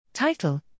Title